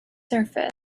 surface